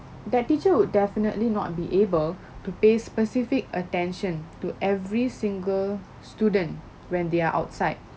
that teacher would definitely not be able to pay specific attention to every single student when they are outside